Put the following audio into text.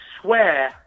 swear